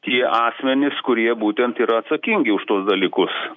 tie asmenys kurie būtent yra atsakingi už tuos dalykus